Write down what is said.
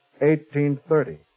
1830